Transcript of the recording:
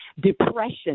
depression